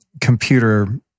computer